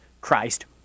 Christ